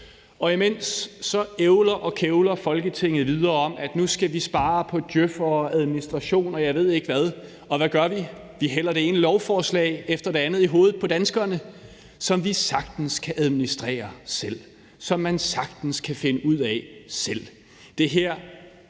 Imens ævler og kævler Folketinget videre om, at nu skal vi spare på djøf'ere og administration, og jeg ved ikke hvad, og hvad gør vi? Vi hælder det ene lovforslag efter det andet i hovedet på danskerne om ting, som vi sagtens kan administrere selv, og som man sagtens kan finde ud af selv.